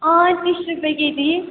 अँ तिस रुपियाँ केजी